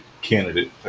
candidate